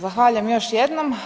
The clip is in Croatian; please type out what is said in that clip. Zahvaljujem još jednom.